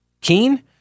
Keen